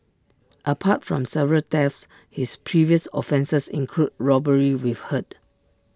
apart from several thefts his previous offences include robbery with hurt